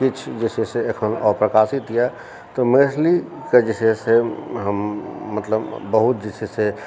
किछु जे छै से एखन अप्रकाशित यऽ तऽ मैथिलीके जे छै से हम मतलब बहुत जे छै से